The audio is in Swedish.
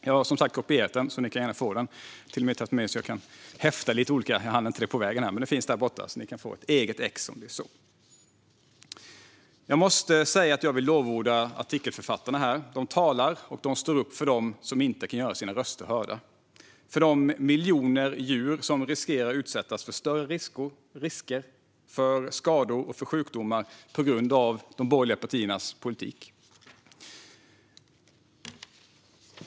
Jag har som sagt kopierat den. Ni kan gärna få den. Jag har till och med tagit med så att det går att häfta lite. Jag hann inte det på vägen, men det finns möjlighet till det där borta så att ni kan få ett eget exemplar. Jag vill lovorda artikelförfattarna. De talar och står upp för dem som inte kan göra sina röster hörda. Det handlar om de miljoner djur som riskerar att utsättas för större risker, skador och sjukdomar på grund av de borgerliga partiernas politik.